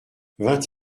vingt